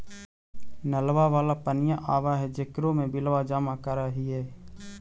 नलवा वाला पनिया आव है जेकरो मे बिलवा जमा करहिऐ?